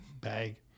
bag